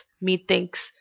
methinks